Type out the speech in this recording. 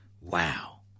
Wow